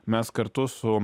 mes kartu su